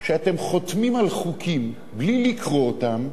שאתם חותמים על חוקים בלי לקרוא אותם,